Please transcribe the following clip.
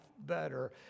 better